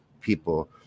people